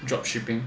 drop shipping